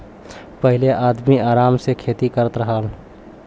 पहिले आदमी आराम से खेती करत रहल